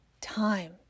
time